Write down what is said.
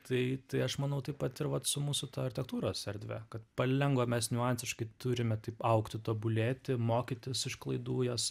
tai tai aš manau taip pat ir vat su mūsų ta architektūros erdve kad palengva mes niuansiškai turime taip augti tobulėti mokytis iš klaidų jas